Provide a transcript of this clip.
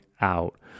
out